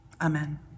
Amen